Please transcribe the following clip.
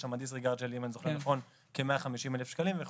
יש שם Disregard של כ-150 אלף שקלים אם אני זוכר נכון,